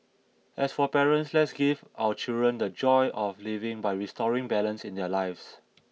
as for parents let's give our children the joy of living by restoring balance in their lives